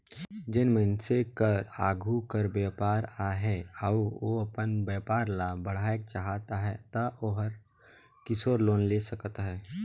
जेन मइनसे कर आघु कर बयपार अहे अउ ओ अपन बयपार ल बढ़ाएक चाहत अहे ता ओहर किसोर लोन ले सकत अहे